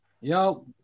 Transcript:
yo